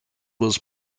was